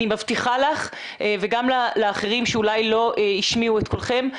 אני מבטיחה לך ואולי גם לאחרים שלא השמיעו את קולם,